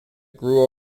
grew